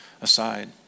aside